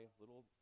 little